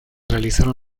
realizaron